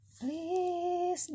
Please